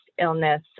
illness